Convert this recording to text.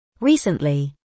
Recently